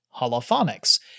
holophonics